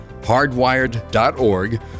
hardwired.org